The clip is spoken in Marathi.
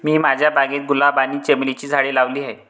मी माझ्या बागेत गुलाब आणि चमेलीची झाडे लावली आहे